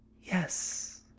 yes